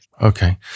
Okay